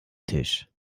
tisch